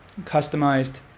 customized